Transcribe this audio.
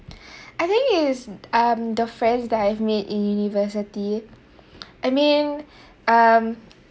I think it's um the friend that I've made in university I mean um